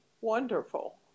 wonderful